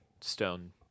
stone